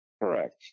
Correct